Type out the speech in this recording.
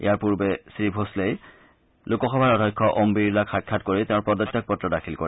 ইয়াৰ পূৰ্বে শ্ৰীভোষলে লোকসভাৰ অধ্যক্ষ ওম বিৰলাক সাক্ষাৎ কৰি তেওঁৰ পদত্যাগ পত্ৰ দাখিল কৰে